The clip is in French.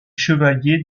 chevalier